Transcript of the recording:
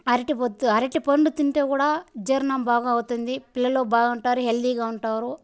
అరటిబొద్దు అరటిపండు తింటే కూడా జీర్ణం బాగా అవుతుంది పిల్లలు బాగుంటారు హెల్దిగా ఉంటారు